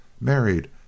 married